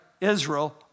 Israel